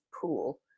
pool